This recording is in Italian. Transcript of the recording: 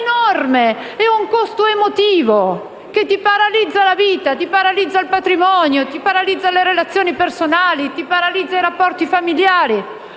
un costo emotivo, che paralizza la vita, il patrimonio, le relazioni personali, i rapporti familiari.